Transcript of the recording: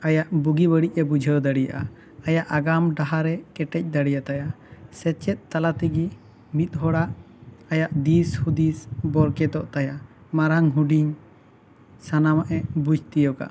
ᱟᱭᱟᱜ ᱵᱩᱜᱤ ᱵᱟᱹᱲᱤᱡ ᱮ ᱵᱩᱡᱷᱟᱹᱣ ᱫᱟᱲᱮᱭᱟᱜᱼᱟ ᱟᱭᱟᱜ ᱟᱜᱟᱢ ᱰᱟᱦᱟᱨ ᱮ ᱠᱮᱴᱮᱡ ᱫᱟᱲᱮᱭᱟᱛᱟᱭᱟ ᱥᱮᱪᱮᱫ ᱛᱟᱞᱟ ᱛᱮᱜᱮ ᱢᱤᱫ ᱦᱚᱲᱟᱜ ᱟᱭᱟᱜ ᱫᱤᱥ ᱦᱩᱫᱤᱥ ᱵᱚᱨᱠᱮᱛᱚᱜ ᱛᱟᱭᱟ ᱢᱟᱨᱟᱝ ᱦᱩᱰᱤᱧ ᱥᱟᱱᱟᱢᱟᱜᱼᱮ ᱵᱩᱡᱽ ᱛᱤᱭᱚᱜᱟ